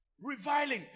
reviling